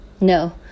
no